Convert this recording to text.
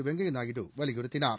வெங்கைய நாயுடு வலியுறுத்தினார்